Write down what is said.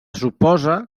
suposa